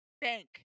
bank